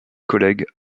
collègues